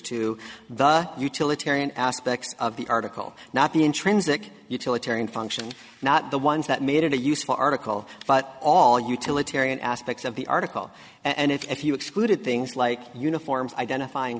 to the utilitarian aspects of the article not the intrinsic utilitarian function not the ones that made it a useful article but all utilitarian aspects of the article and if you excluded things like uniforms identifying